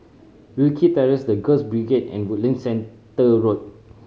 Wilkie Terrace The Girls Brigade and Woodlands Centre Road